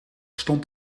stond